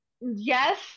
yes